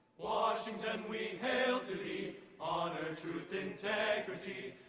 washington we hail to thee honor, truth, integrity